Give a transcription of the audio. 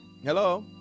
Hello